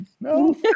no